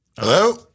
Hello